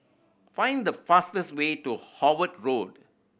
find the fastest way to Howard Road